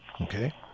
Okay